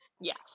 Yes